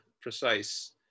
precise